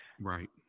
Right